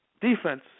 defense